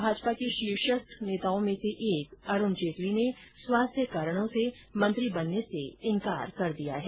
भाजपा के शीर्षस्थ नेताओं में से एक अरूण जेटली ने स्वास्थ्य कारणों से मंत्री बनने से इंकार कर दिया है